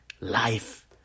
life